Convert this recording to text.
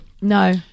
No